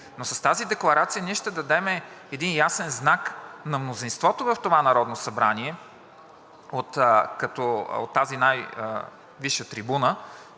Но с тази декларация ние ще дадем един ясен знак на мнозинството в това Народно събрание, от тази най-висша трибуна,